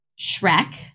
Shrek